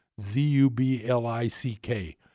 Z-U-B-L-I-C-K